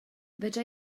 fedra